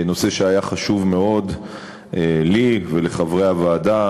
נושא שהיה חשוב מאוד לי ולחברי הוועדה